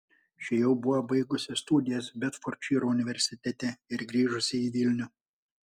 ši jau buvo baigusi studijas bedfordšyro universitete ir grįžusi į vilnių